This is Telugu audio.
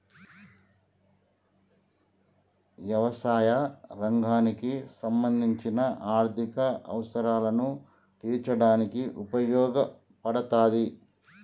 యవసాయ రంగానికి సంబంధించిన ఆర్ధిక అవసరాలను తీర్చడానికి ఉపయోగపడతాది